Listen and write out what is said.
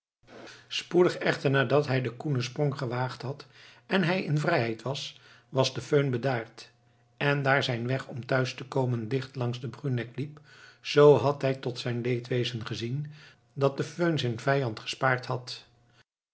spoedig echter nadat hij den koenen sprong gewaagd had en hij in vrijheid was was de föhn bedaard en daar zijn weg om thuis te komen dicht langs den bruneck liep zoo had hij tot zijn leedwezen gezien dat de föhn zijn vijand gespaard had